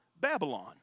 Babylon